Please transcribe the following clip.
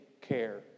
care